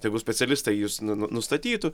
tegu specialistai jus nustatytų